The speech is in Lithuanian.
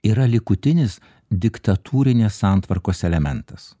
yra likutinis diktatūrinės santvarkos elementas